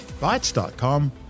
Bytes.com